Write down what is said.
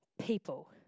people